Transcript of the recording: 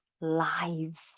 lives